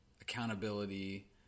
accountability